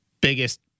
biggest